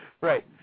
Right